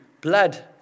blood